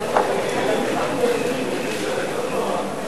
לוועדת העבודה,